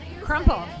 Crumple